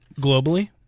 Globally